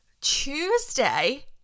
Tuesday